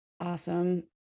Awesome